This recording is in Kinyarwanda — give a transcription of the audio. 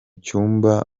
cyumba